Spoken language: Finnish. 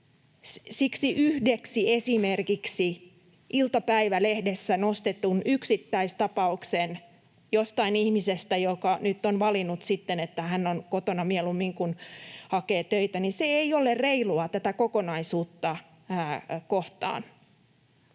siksi yhdeksi esimerkiksi iltapäivälehdessä nostetun yksittäistapauksen jostain ihmisestä, joka nyt on sitten valinnut, että hän on kotona mieluummin kuin hakee töitä, ei ole reilua tätä kokonaisuutta kohtaan.